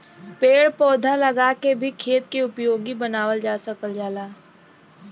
पेड़ पौधा लगा के भी खेत के उपयोगी बनावल जा सकल जाला